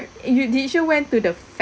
you did you went to the